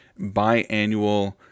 biannual